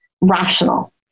rational